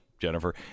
Jennifer